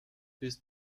bis